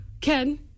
Ken